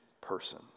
person